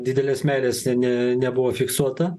didelės meilės ten ne nebuvo fiksuota